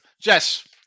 Jess